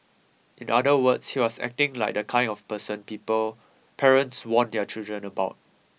in other words he was acting like the kind of person people parents warn their children about